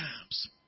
times